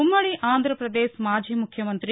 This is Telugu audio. ఉమ్మడి ఆంధ్రపదేశ్ మాజీ ముఖ్యమంతి